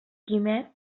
quimet